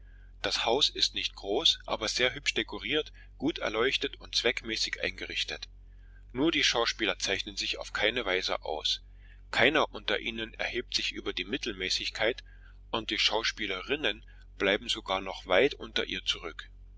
das haus ist nicht groß aber sehr hübsch dekoriert gut erleuchtet und zweckmäßig eingerichtet nur die schauspieler zeichnen sich auf keine weise aus keiner unter ihnen erhebt sich über die mittelmäßigkeit und die schauspielerinnen bleiben sogar noch weit unter ihr zurück